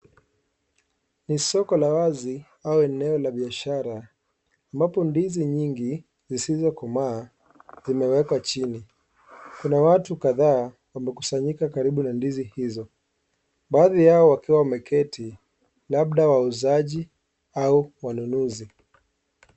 Ni soko la wazi au eneo la biashara, ambapo ndizi nyingi sisizo komaa zimewekwa chini. Kuna watu kadhaa wamekusanyika karibu na ndizi hizo, baadhi yao wakiwa wameketi labda wauzaji au wanunuzi.